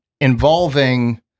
involving